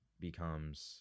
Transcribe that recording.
becomes